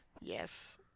Yes